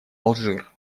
алжир